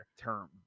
Term